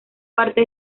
parte